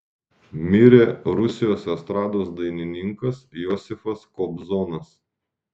mirė rusijos estrados dainininkas josifas kobzonas